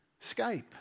Skype